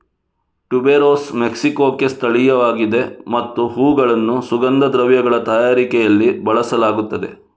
tuberose ಮೆಕ್ಸಿಕೊಕ್ಕೆ ಸ್ಥಳೀಯವಾಗಿದೆ ಮತ್ತು ಹೂವುಗಳನ್ನು ಸುಗಂಧ ದ್ರವ್ಯಗಳ ತಯಾರಿಕೆಯಲ್ಲಿ ಬಳಸಲಾಗುತ್ತದೆ